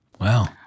Wow